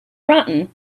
rotten